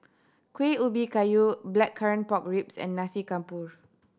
Kueh Ubi Kayu Blackcurrant Pork Ribs and Nasi Campur